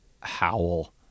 howl